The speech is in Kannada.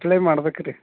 ಅಪ್ಲೈ ಮಾಡ್ಬೇಕು ರೀ